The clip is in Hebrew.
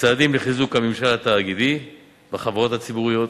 צעדים לחיזוק הממשל התאגידי בחברות הציבוריות,